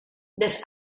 this